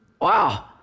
Wow